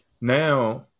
now